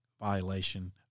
violation